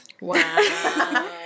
Wow